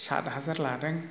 सात हाजार लादों